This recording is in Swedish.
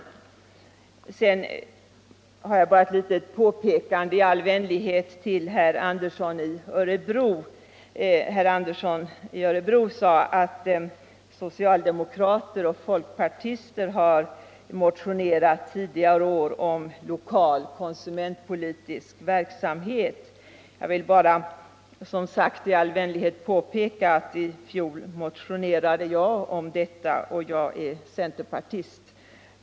e Sedan har jag ett litet påpekande i all vänlighet till herr Andersson i Örebro. Han sade att socialdemokrater och folkpartister tidigare år har motionerat om lokal konsumentpolitisk verksamhet. I fjol motionerade jag om detta, och jag är centerpartist.